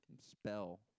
spell